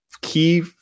key